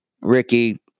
Ricky